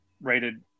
rated